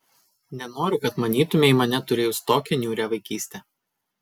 nenoriu kad manytumei mane turėjus tokią niūrią vaikystę